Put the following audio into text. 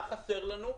מה חסר לנו.